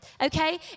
okay